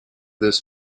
this